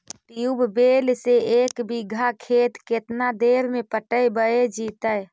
Tubewell से एक बिघा खेत केतना देर में पटैबए जितै?